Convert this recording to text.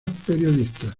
periodistas